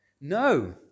No